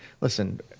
listen